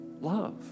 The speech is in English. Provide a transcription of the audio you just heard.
love